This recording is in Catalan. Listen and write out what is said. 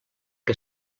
que